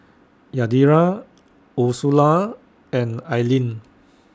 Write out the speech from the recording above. Yadira Ursula and Ailene